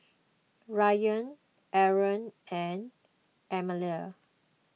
Ryan Aaron and Aminah